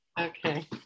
Okay